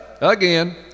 Again